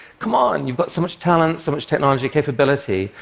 come on, you've got so much talent, so much technology capability.